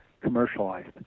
commercialized